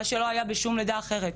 מה שלא היה בשום לידה אחרת.